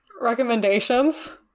recommendations